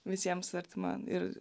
visiems artima ir